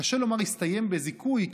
קשה לומר שיסתיים בזיכוי,